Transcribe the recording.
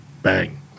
bang